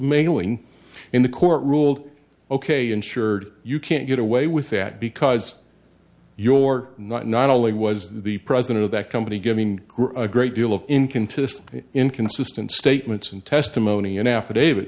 mailing in the court ruled ok insured you can't get away with that because your not only was the president of that company giving a great deal of incan to inconsistent statements and testimony in affidavit